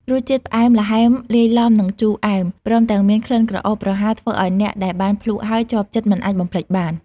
រសជាតិផ្អែមល្ហែមលាយឡំនឹងជូរអែម ព្រមទាំងមានក្លិនក្រអូបប្រហើរធ្វើឲ្យអ្នកដែលបានភ្លក្សហើយជាប់ចិត្តមិនអាចបំភ្លេចបាន។